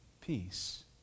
peace